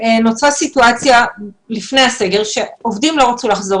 לפני הסגר נוצרה סיטואציה שעובדים לא רצו לחזור